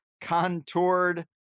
contoured